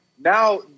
Now